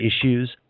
issues